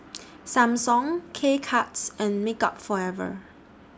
Samsung K Cuts and Makeup Forever